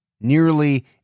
nearly